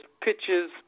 pitches